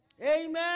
Amen